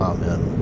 Amen